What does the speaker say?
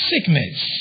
sickness